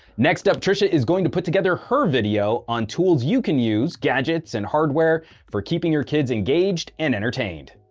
next up trisha is going to put together a video on tools you can use, gadgets, and hardware for keeping your kids engaged and entertained,